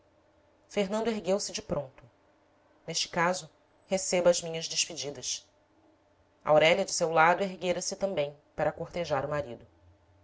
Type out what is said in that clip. fernando ergueu-se de pronto neste caso receba as minhas despedidas aurélia de seu lado erguera-se também para cortejar o ma rido